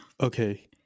okay